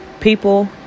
People